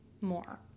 more